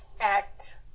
act